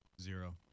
Zero